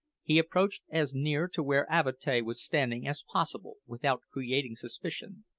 he approached as near to where avatea was standing as possible without creating suspicion,